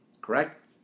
correct